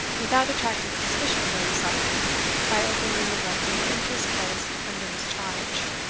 without attracting suspicion to himself by openly neglecting the interests placed under his charge.